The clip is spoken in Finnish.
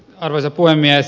arvoisa puhemies